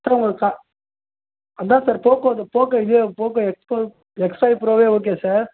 sir உங்கள் க அதுதான் சார் போக்கோ இது போக்கோ இதையே Poco X five X five ப்ரோவே ஓகே சார்